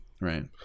Right